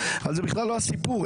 אבל זה בכלל לא הסיפור.